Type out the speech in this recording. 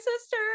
sister